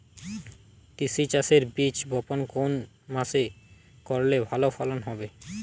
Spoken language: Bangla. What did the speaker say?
তিসি চাষের বীজ বপন কোন মাসে করলে ভালো ফলন হবে?